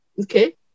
Okay